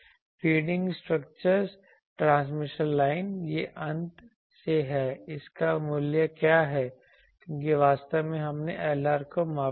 feeding structure transmission line ये अंत से हैं इसका मूल्य क्या है क्योंकि वास्तव में हमने Lr को मापा है